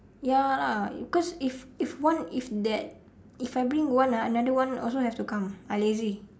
ya lah because if if one if that if I bring one ah another one also have to come I lazy